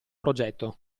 progetto